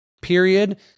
period